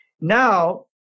Now